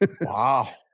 Wow